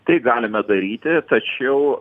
tai galime daryti tačiau